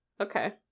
Okay